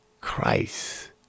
Christ